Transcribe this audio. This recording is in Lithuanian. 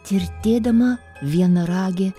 tirtėdama vienaragė